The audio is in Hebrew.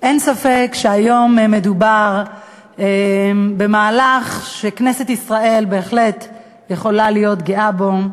אין ספק שהיום מדובר במהלך שכנסת ישראל בהחלט יכולה להיות גאה בו,